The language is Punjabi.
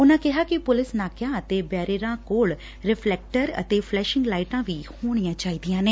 ਉਨੂਾ ਕਿਹਾ ਕਿ ਪੁਲਿਸ ਨਾਕਿਆਂ ਅਤੇ ਬੈਰੀਅਰਾਂ ਕੋਲ ਰਿਫਲੈਕਟਰ ਅਤੇ ਫਲੈਸ਼ਿੰਗ ਲਾਈਟਾਂ ਵੀ ਹੋਣੀਆਂ ਚਾਹੀਦੀਆ ਨੇ